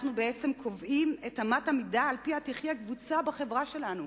אנחנו בעצם קובעים את אמת המידה שעל-פיה תחיה קבוצה בחברה שלנו,